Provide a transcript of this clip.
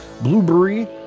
Blueberry